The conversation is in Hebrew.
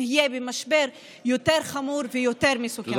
נהיה במשבר יותר חמור ויותר מסוכן.